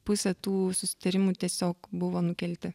pusė tų susitarimų tiesiog buvo nukelti